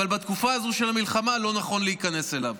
אבל בתקופה הזו של המלחמה לא נכון להיכנס אליו.